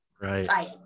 Right